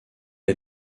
est